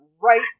right